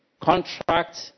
contract